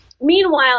Meanwhile